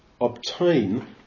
obtain